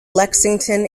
lexington